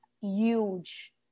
huge